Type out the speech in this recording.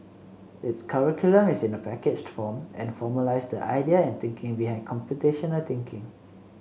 its curriculum is in a packaged form and formalised the idea and thinking behind computational thinking